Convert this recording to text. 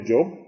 Job